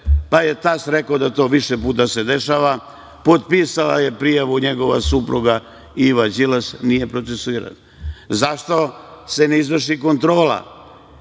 pa je tast rekao da se to više puta dešava. Potpisala je prijavu njegova supruga, Iva Đilas, nije procesuirana. Zašto se ne izvrši kontrola?